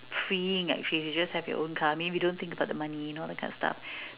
freeing actually you just have your own car maybe you don't think about the money you know those kind of stuff